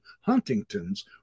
Huntington's